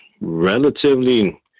relatively